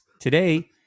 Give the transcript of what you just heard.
Today